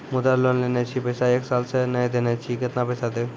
मुद्रा लोन लेने छी पैसा एक साल से ने देने छी केतना पैसा देब?